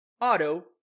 auto